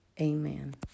amen